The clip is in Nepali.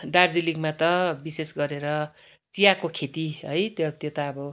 दार्जिलिङमा त विशेष गरेर चियाको खेती है त्यो त्यो त अब